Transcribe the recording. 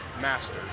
master